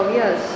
yes